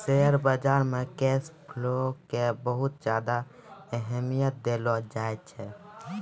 share बाजार मे cash flow के बहुत ज्यादा अहमियत देलो जाए छै